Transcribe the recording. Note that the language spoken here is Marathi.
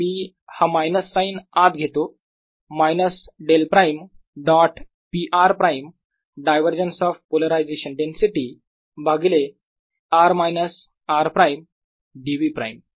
मी हा मायनस साईन आत घेतो minus del prime dot p r prime divergence of polarisation density भागिले r minus r prime dv prime